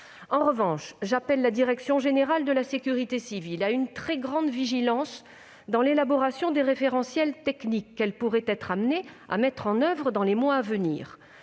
En revanche, j'appelle la DGSCGC à une très grande vigilance dans l'élaboration des référentiels techniques qu'elle pourrait être amenée à mettre en oeuvre dans les mois à venir.